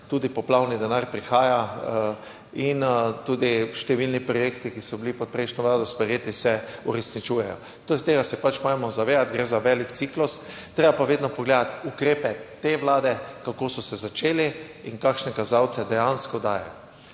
tudi poplavni denar prihaja in tudi številni projekti, ki so bili pod prejšnjo vlado sprejeti, se uresničujejo, tega se moramo zavedati, gre za velik ciklus. Treba je pa vedno pogledati ukrepe te vlade, kako so se začeli in kakšne kazalce dejansko daje.